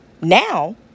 now